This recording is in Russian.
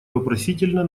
вопросительно